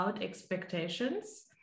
expectations